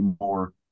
more